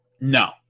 No